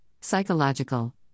psychological